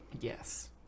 Yes